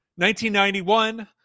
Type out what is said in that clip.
1991